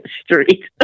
Street